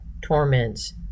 torments